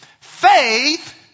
Faith